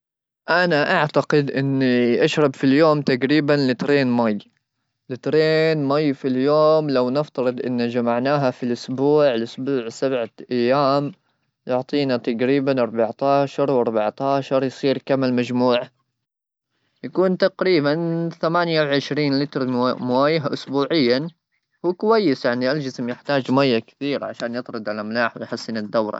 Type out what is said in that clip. انا اعتقد اني اشرب في اليوم تقريبا لترين ماء ,لترين ماء في اليوم ,لو نفترض ان جمعناها في الاسبوع الاسبوع سبعه ايام يعطينا تقريبا اربعتاشرواربعتاشر يصير كم المجموع يكون تقريبا ثماني وعشرين لتر مويه اسبوعيا وكويس يعني الجسم يحتاج ميه كثير عشان يطرد الاملاح ويحسن الدوره.